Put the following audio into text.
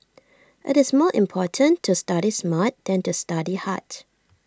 IT is more important to study smart than to study hard